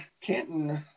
Canton